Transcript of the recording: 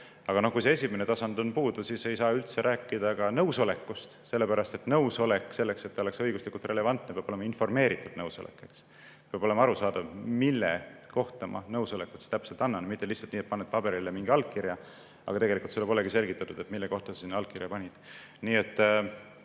Aga kui see esimene tasand on puudu, siis ei saa üldse rääkida nõusolekust, sellepärast et nõusolek, selleks et see oleks õiguslikult relevantne, peab olema informeeritud. Peab olema arusaadav, mille kohta nõusolek täpselt antakse, mitte lihtsalt nii, et paned paberile mingi allkirja, aga tegelikult sulle polegi selgitatud, millega [nõustumiseks] sa sinna allkirja paned.